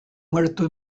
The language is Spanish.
muerto